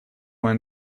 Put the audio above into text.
when